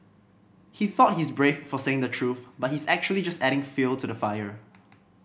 he thought he's brave for saying the truth but he's actually just adding fuel to the fire